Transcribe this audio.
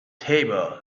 table